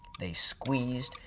they squeezed,